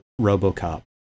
RoboCop